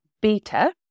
beta